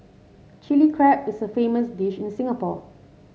Chilli Crab is a famous dish in Singapore